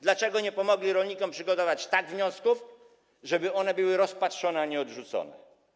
Dlaczego nie pomogli rolnikom tak przygotować wniosków, żeby one były rozpatrzone, a nie odrzucone?